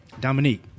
Dominique